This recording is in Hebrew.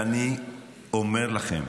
אני אומר לכם,